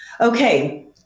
Okay